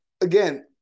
again